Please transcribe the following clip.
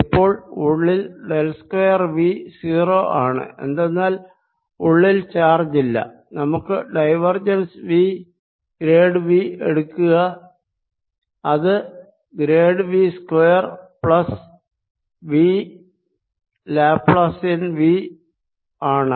ഇപ്പോൾ ഉള്ളിൽ del square V 0 ആണ്എന്തെന്നാൽ ഉള്ളിൽ ചാർജ് ഇല്ല നമുക്ക് ഡൈവേർജെൻസ് V ഗ്രേഡ് V എടുക്കുക അത് grad V square plus V Laplacian V ആണ്